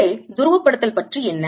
உள்ளே துருவப்படுத்தல் பற்றி என்ன